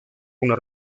una